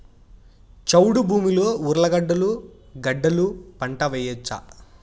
చౌడు భూమిలో ఉర్లగడ్డలు గడ్డలు పంట వేయచ్చా?